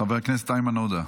חבר הכנסת איימן עודה.